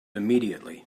immediately